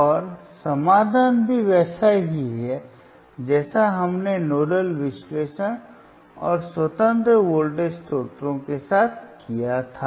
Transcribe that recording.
और समाधान भी वैसा ही है जैसा हमने नोडल विश्लेषण और स्वतंत्र वोल्टेज स्रोतों के साथ किया था